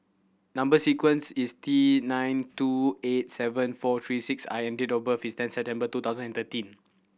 number sequence is T nine two eight seven four three six I and date of birth is ten September two thousand and thirteen